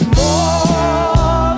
more